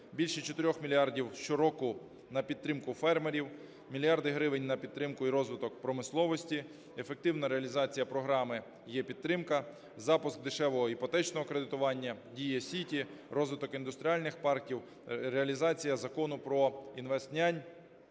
більше 4 мільярдів щороку на підтримку фермерів, мільярди гривень на підтримку і розвиток промисловості, ефективна реалізація програми "єПідтримка", запуск дешевого іпотечного кредитування, Дія Сіті, розвиток індустріальних парків, реалізація Закону про "інвестнянь".